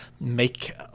make